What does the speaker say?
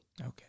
Okay